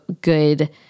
good